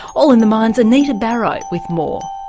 all in the mind's anita barraud with more.